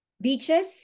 Beaches